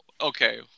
Okay